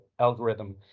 algorithm